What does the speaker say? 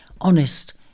honest